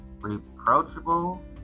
reproachable